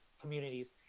communities